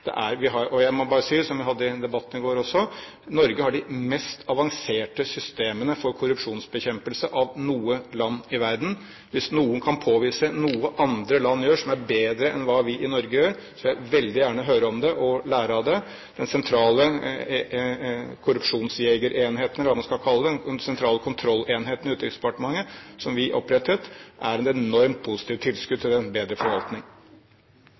som ble sagt i debatten i går: Norge har de mest avanserte systemene for korrupsjonsbekjempelse av noe land i verden. Hvis noen kan påvise noe andre land gjør som er bedre enn hva vi i Norge gjør, vil jeg veldig gjerne høre om det og lære av det. Den sentrale korrupsjonsjegerenheten, eller hva man skal kalle det, den sentrale kontrollenheten i Utenriksdepartementet som vi opprettet, er et enormt positivt tilskudd til en bedre forvaltning.